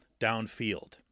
downfield